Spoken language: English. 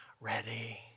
ready